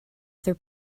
other